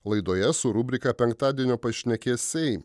laidoje su rubrika penktadienio pašnekesiai